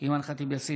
אימאן ח'טיב יאסין,